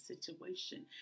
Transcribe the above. situation